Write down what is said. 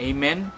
Amen